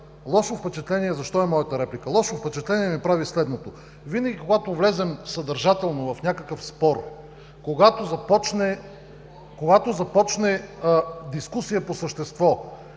Лошо впечатление ми прави следното. Винаги, когато влезем съдържателно в някакъв спор, когато започне дискусия по същество